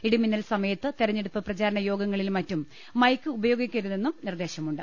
ഇടിമിന്നൽ സമയത്ത് തെരഞ്ഞെടുപ്പ് പ്രചാരണ യോഗങ്ങളിലും മറ്റും മൈക്ക് ഉപയോഗിക്കരുതെന്നും നിർദേശമുണ്ട്